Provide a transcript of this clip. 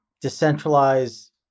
decentralized